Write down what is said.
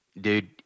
Dude